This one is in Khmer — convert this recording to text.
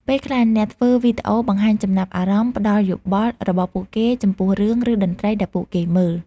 ពេលខ្លះអ្នកធ្វើវីដេអូបង្ហាញចំណាប់អារម្មណ៍ ផ្តល់យោបល់របស់ពួកគេចំពោះរឿង ឬតន្ត្រីដែលពួកគេមើល។